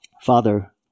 Father